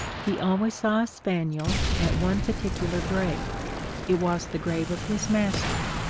he always saw a spaniel at one particular grave it was the grave of his master.